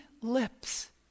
lips